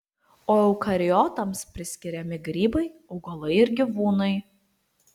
o eukariotams priskiriami grybai augalai ir gyvūnai